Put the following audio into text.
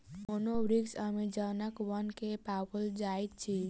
cocoa वृक्ष अमेज़नक वन में पाओल जाइत अछि